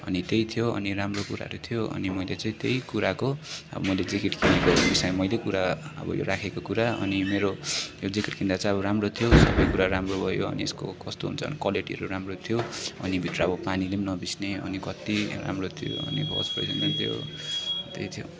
अनि त्यही थियो अनि राम्रो कुराहरू थियो अनि मैले चाहिँ त्यही कुराको अब मैले ज्याकेट किनेको भनेर मैले कुरा यो राखेको कुरा अनि मेरो यो ज्याकेट किन्दा चाहिँ राम्रो थियो सबै कुराहरू राम्रो भयो अनि यसको कस्तो हुन्छ क्वालिटीहरू राम्रो थियो अनि भित्र अब पानीले पनि नभिझ्ने अनि कति राम्रो थियो अनि त्यही थियो